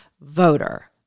voter